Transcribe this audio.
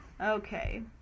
Okay